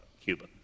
Cuba